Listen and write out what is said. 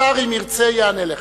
השר, אם ירצה, יענה לך.